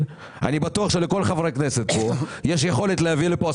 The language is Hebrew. אני בטוח שכל חברי הכנסת פה יש יכולת להביא לפה,